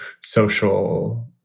social